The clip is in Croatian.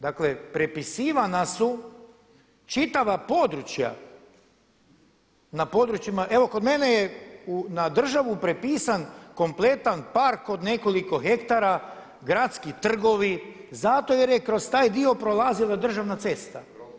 Dakle prepisivana su čitava područja na područjima, evo kod mene je na državnu prepisan kompletan park od nekoliko hektara, gradski trgovi zato jer je kroz taj dio prolazila državna cesta.